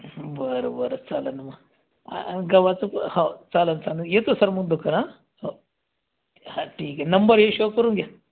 बरं बरं चालन मग आ गव्हाचं हो चालन चालन येतो सर मग दुकाना हो हा ठीक आहे नंबर हे शेव करून घ्या